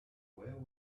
where